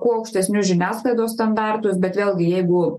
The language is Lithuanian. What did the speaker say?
kuo aukštesnius žiniasklaidos standartus bet vėlgi jeigu